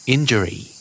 Injury